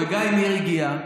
וגיא ניר הגיע,